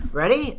ready